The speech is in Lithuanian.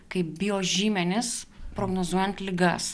kaip bijo žymenis prognozuojant ligas